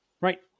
Right